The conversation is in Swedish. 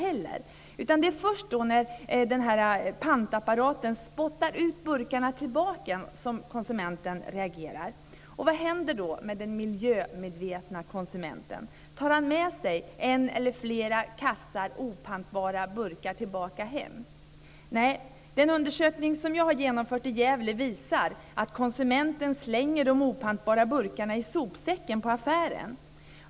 Det är först då pantapparaten spottar tillbaka burkarna som konsumenten reagerar. Vad händer då med den miljömedvetne konsumenten? Tar han med sig en eller flera kassar opantbara burkar tillbaka hem? Nej, den undersökning jag har genomfört i Gävle visar att konsumenten slänger de opantbara burkarna i sopsäcken i affären.